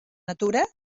natura